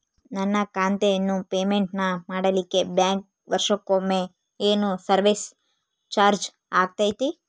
ನನ್ನ ಖಾತೆಯನ್ನು ಮೆಂಟೇನ್ ಮಾಡಿಲಿಕ್ಕೆ ಬ್ಯಾಂಕ್ ವರ್ಷಕೊಮ್ಮೆ ಏನು ಸರ್ವೇಸ್ ಚಾರ್ಜು ಹಾಕತೈತಿ?